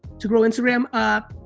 to grow instagram? um